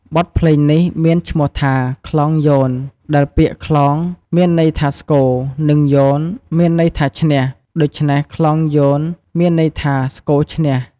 បទភ្លេងនេះមានឈ្មោះថា "ខ្លងយោន" ដែលពាក្យ "ខ្លង" មានន័យថាស្គរ និង "យោន" មានន័យថាឈ្នះ។ ដូច្នេះ "ខ្លងយោន" មានន័យថា "ស្គរឈ្នះ"។